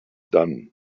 done